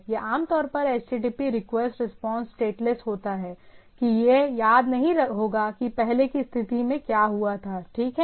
यह आमतौर पर HTTP रिक्वेस्ट रिस्पांस स्टेटलेस होता है कि यह याद नहीं होगा कि पहले की स्थिति में क्या हुआ था ठीक है